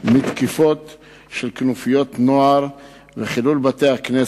מתקיפות של כנופיות נוער ומחילול בתי-הכנסת.